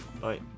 Bye